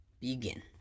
begin